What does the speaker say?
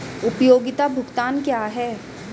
उपयोगिता भुगतान क्या हैं?